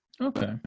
okay